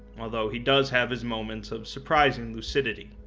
although he does have his moments of surprising lucidity.